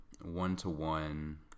one-to-one